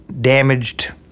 damaged